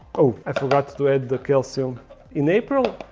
oh i forgot to add the calcium in april.